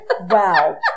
wow